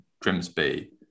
Grimsby